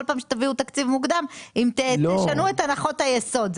כל פעם שתביאו תקציב מוקדם אם תשנו את הנחות היסוד.